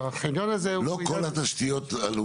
לא כל התשתיות הלאומיות נמצאות כאן.